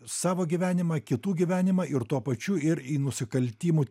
savo gyvenimą kitų gyvenimą ir tuo pačiu ir į nusikaltimų